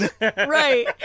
Right